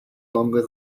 longer